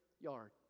yard